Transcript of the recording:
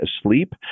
asleep